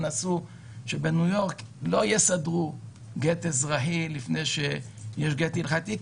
קבעו שבניו יורק לא יסדרו גט אזרחי לפני שיש גט הלכתי,